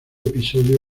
episodio